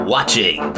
Watching